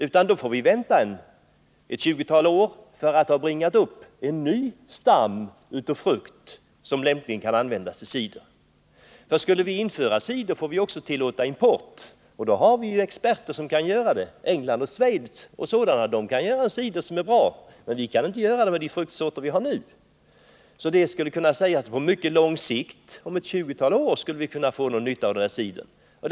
Vi får vänta ett tjugotal år tills vi fått fram en stam av frukt som lämpligen kan användas till cider. Skulle vi tillåta cider får vi också tillåta import. England och Schweiz kan göra cider som är bra, men vi kan inte göra det med de fruktsorter vi har nu. På mycket lång sikt, ett tjugotal år, skulle vi alltså kunna få någon nytta av cidertillverkningen.